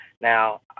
now